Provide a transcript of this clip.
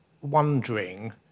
wondering